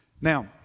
Now